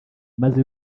maze